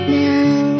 now